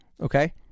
okay